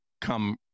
come